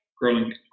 growing